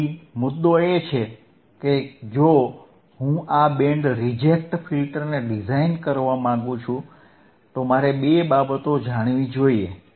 તેથી મુદ્દો એ છે કે જો હું આ બેન્ડ રિજેક્ટ ફિલ્ટરને ડિઝાઇન કરવા માંગુ છું તો મારે બે બાબતો જાણવી જોઈએ